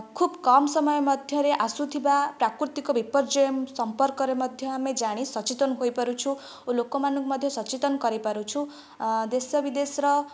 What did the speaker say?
ଖୁବ୍ କମ ସମୟ ମଧ୍ୟରେ ଆସୁଥିବା ପ୍ରାକୃତିକ ବିପର୍ଯ୍ୟୟ ସମ୍ପର୍କରେ ମଧ୍ୟ ଆମେ ଜାଣି ସଚେତନ ହୋଇ ପାରୁଛୁ ଓ ଲୋକ ମାନଙ୍କୁ ମଧ୍ୟ ସଚେତନ କରି ପାରୁଛୁ ଦେଶ ବିଦେଶର